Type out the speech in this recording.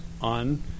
on